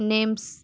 names